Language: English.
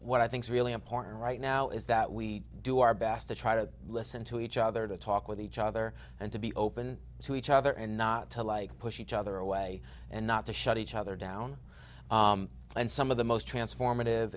what i think is really important right now is that we do our best to try to listen to each other to talk with each other and to be open to each other and not to like push each other away and not to shut each other down and some of the most transformative